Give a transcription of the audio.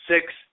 six